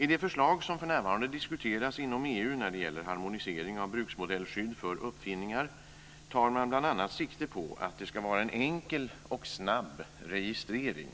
I det förslag som för närvarande diskuteras inom EU när det gäller harmonisering av bruksmodellskydd för uppfinningar tar man bl.a. sikte på att det ska vara en enkel och snabb registrering